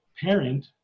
parent